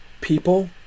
people